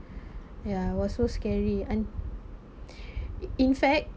ya it was so scary un~ in fact